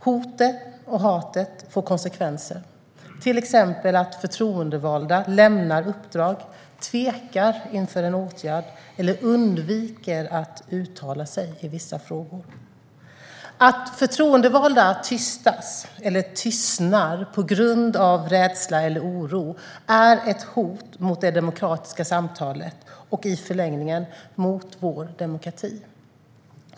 Hoten och hatet får konsekvenser, till exempel att förtroendevalda lämnar uppdrag, tvekar inför en åtgärd eller undviker att uttala sig i vissa frågor. Att förtroendevalda tystas eller tystnar på grund av rädsla eller oro är ett hot mot det demokratiska samtalet och i förlängningen mot vår demokrati.